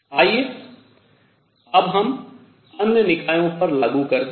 आइए अब हम अन्य निकायों पर लागू करतें है